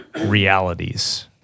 realities